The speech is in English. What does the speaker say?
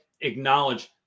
acknowledge